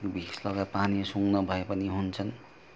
Vicks लगाएको पानी सुघ्न भए पनि हुन्छन्